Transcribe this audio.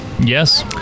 yes